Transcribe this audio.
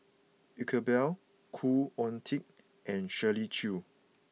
Iqbal Khoo Oon Teik and Shirley Chew